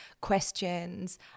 questions